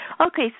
Okay